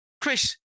chris